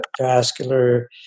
vascular